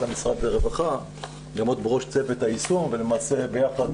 משרד הרווחה יעמוד בראש צוות היישום ולמעשה ביחד